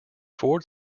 ford